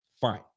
fine